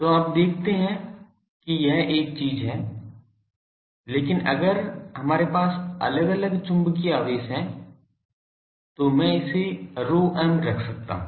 तो आप देखते हैं कि एक चीज है लेकिन अगर हमारे पास अलग अलग चुंबकीय आवेश हैं तो मैं इसे ρm रख सकता हूं